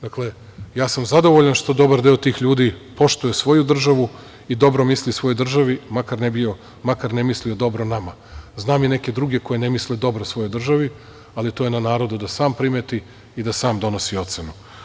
Dakle, ja sam zadovoljan što dobar deo tih ljudi poštuje svoju državu i dobro misli svojoj državi, makar ne mislio dobro nama, znam i neke druge koji ne misle dobro svojoj državi, ali to je na narodu da sam primeti i da sam donosi ocenu.